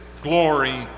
glory